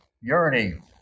yearning